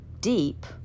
deep